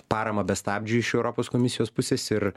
paramą be stabdžių iš europos komisijos pusės ir